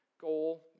goal